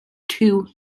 two